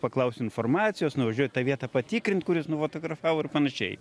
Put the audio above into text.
paklaust informacijos nuvažiuot į tą vietą patikrint kur jis nufotografavo ir panašiai